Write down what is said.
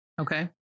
Okay